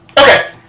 Okay